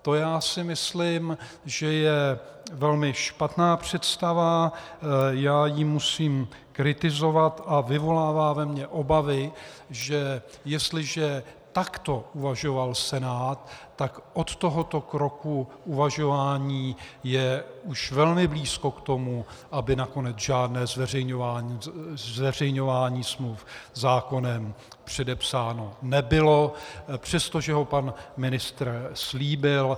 To si myslím, že je velmi špatná představa, já ji musím kritizovat, a vyvolává ve mně obavy, že jestliže takto uvažoval Senát, tak od tohoto kroku uvažování je už velmi blízko k tomu, aby nakonec žádné zveřejňování smluv zákonem předepsáno nebylo, přestože ho pan ministr slíbil.